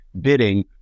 bidding